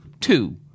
two